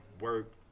work